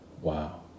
Wow